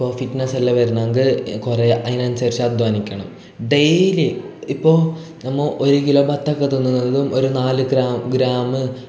ഇപ്പോൾ ഫിറ്റ്നസ്സെല്ലാം വരുന്നെങ്കിൽ കുറെ അതിനനുസരിച്ച് അദ്ധ്വാനിക്കണം ഡേയ്ലി ഇപ്പോൾ നമ്മൾ ഒരു കിലോ ബത്തക്ക തിന്നുന്നതും ഒരു നാലു ഗ്രാ ഗ്രാമ്